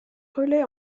relais